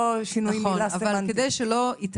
נכון כי יש לזה השלכות,